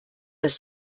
das